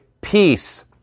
peace